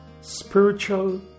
Spiritual